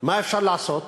מה אפשר לעשות?